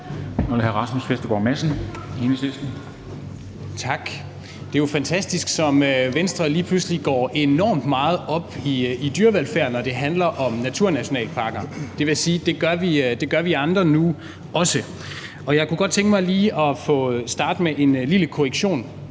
Rasmus Vestergaard Madsen (EL): Tak. Det er jo fantastisk, som Venstre lige pludselig går enormt meget op i dyrevelfærd, når det handler om naturnationalparker. Det vil sige, at det gør vi andre nu også, og jeg kunne godt tænke mig lige at starte med en lille korrektion.